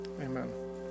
Amen